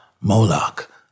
Moloch